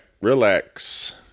relax